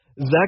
Zach